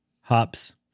hops